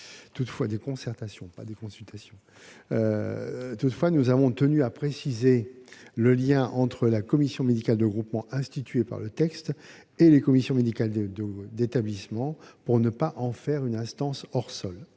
Toutefois, nous avons tenu à préciser le lien entre la commission médicale de groupement instituée par le texte et les commissions médicales d'établissement, pour faire en sorte que la